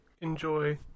enjoy